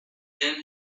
then